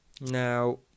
Now